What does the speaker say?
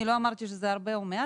אני לא אמרתי שזה הרבה או מעט,